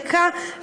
דקה,